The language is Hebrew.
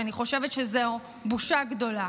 ואני חושבת שזו בושה גדולה.